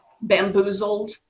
bamboozled